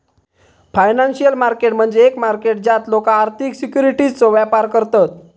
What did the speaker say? financial market म्हणजे एक market ज्यात लोका आर्थिक सिक्युरिटीजचो व्यापार करतत